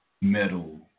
metal